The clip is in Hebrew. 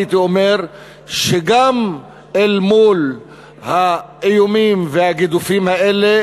הייתי אומר שגם אל מול האיומים והגידופים האלה